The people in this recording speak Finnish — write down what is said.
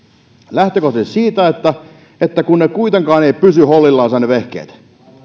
lähtökohtaisesti siitä että kun ne kuitenkaan eivät pysy hollillansa ne vehkeet